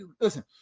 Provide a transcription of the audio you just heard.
listen